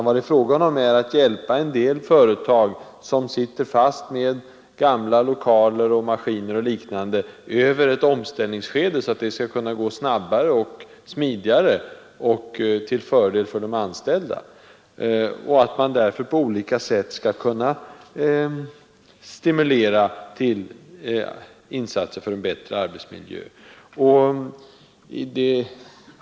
Vad det är fråga om är att hjälpa en del företag, som sitter fast med gamla lokaler, maskiner och liknande, över ett omställningsskede för att förbättringen skall kunna gå snabbare och smidigare, till fördel för de anställda, och att man därför på olika sätt skall kunna stimulera till insatser för en bättre arbetsmiljö.